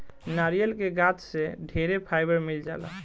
नारियल के गाछ से ढेरे फाइबर मिल जाला